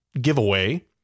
giveaway